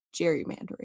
gerrymandering